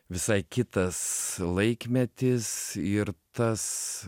visai kitas laikmetis ir tas